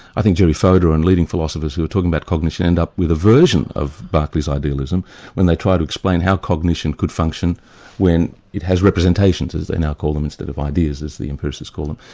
i think jerry fodor and leading philosophers who were talking about cognition end up with a version of berkeley's idealism when they try to explain how cognition could function when it has representations as they now call them, instead of ideas as the empiricists call them,